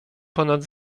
ponad